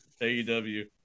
AEW